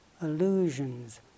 illusions